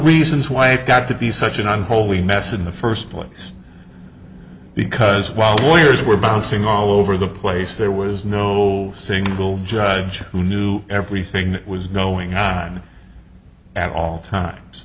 reasons why it got to be such an unholy mess in the first place because while lawyers were bouncing all over the place there was no single judge who knew everything that was going on at all times